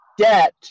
debt